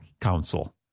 council